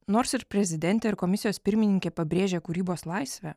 nors ir prezidentė ir komisijos pirmininkė pabrėžė kūrybos laisvę